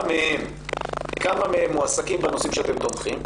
מהם מועסקים בנושאים שבהם אתם תומכים,